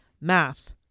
math